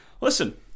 listen